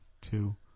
two